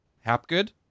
Hapgood